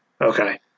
Okay